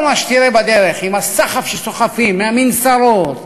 כל מה שתראה בדרך, עם הסחף שסוחפים מהמנסרות,